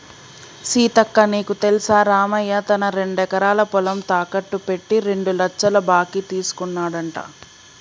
సీతక్క నీకు తెల్సా రామయ్య తన రెండెకరాల పొలం తాకెట్టు పెట్టి రెండు లచ్చల బాకీ తీసుకున్నాడంట